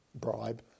bribe